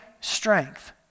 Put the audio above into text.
strength